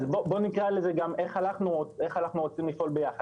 אז בוא נקרא לזה גם איך אנחנו רוצים לפעול ביחד?